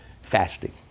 fasting